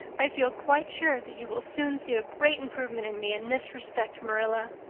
i feel quite sure that you will soon see a great improvement in me in this respect, marilla.